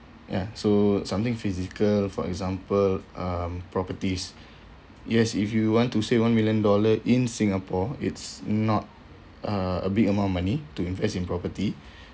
ya so something physical for example um properties yes if you want to say one million dollar in singapore it's not uh a big amount of money to invest in property